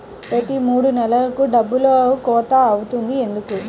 ప్రతి మూడు నెలలకు డబ్బులు కోత అవుతుంది ఎందుకు?